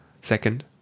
Second